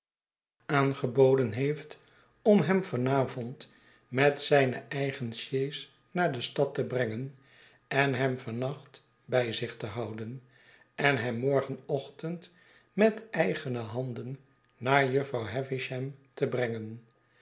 aangeboden heeft om hem van avond met zijne eigen sjees naar de stad te brengen en hem van nacht bij zich te houden en hem morgenochtend met eigene handen naar jufvrouw havisham te brengen